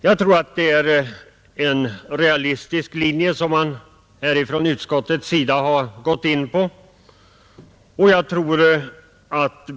Jag tror att utskottet därvid har gått på en realistisk linje.